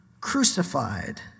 crucified